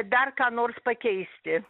dar ką nors pakeisti